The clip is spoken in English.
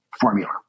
formula